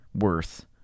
worth